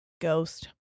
Ghost